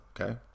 Okay